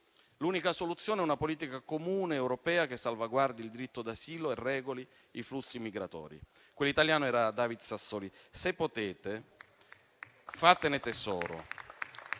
«l'unica soluzione è una politica comune europea che salvaguardi il diritto d'asilo e regoli i flussi migratori». Quell'italiano era David Sassoli: se potete, fatene tesoro